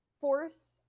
force